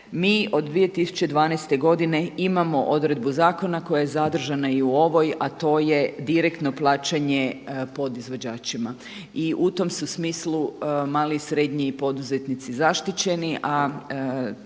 Mi od 2012. godine imamo odredbu zakona koja je zadržana i u ovoj a to je direktno plaćanje podizvođačima. I u tom su smislu mali i srednji poduzetnici zaštićeni